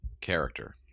character